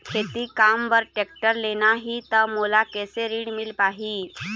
खेती काम बर टेक्टर लेना ही त मोला कैसे ऋण मिल पाही?